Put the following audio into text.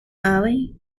marley